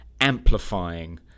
amplifying